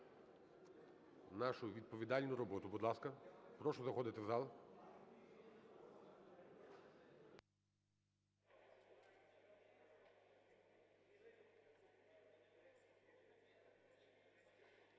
нашу відповідальну роботу. Будь ласка, прошу заходити в зал.